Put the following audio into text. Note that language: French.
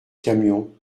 camion